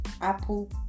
Apple